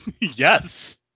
Yes